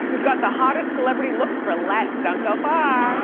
got the hottest celebrity looks for less, don't go far.